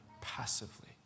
passively